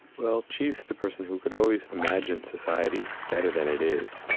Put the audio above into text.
well, she's the person who could always imagine society better than it is.